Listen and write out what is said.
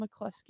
McCluskey